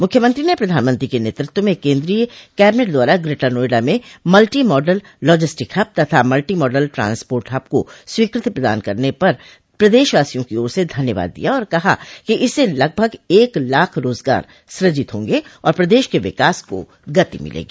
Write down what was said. मुख्यमंत्री न प्रधानमंत्री के नेतृत्व में केन्द्रीय कैबिनेट द्वारा ग्रेटर नोएडा में मल्टी मॉडल लाजिस्टिक हब तथा मल्टी मॉडल ट्रांसपोर्ट हब को स्वीकृति प्रदान करने पर प्रदेशवासियों की ओर से धन्यवाद दिया और कहा कि इससे लगभग एक लाख रोजगार सूजित होंगे और प्रदेश के विकास को गति मिलेगी